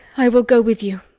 i will go with you.